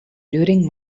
during